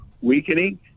weakening